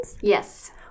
Yes